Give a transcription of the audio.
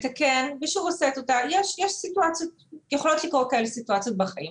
מתקן ושוב עושה את אותה טעות יכולות לקרות כאלה סיטואציות בחיים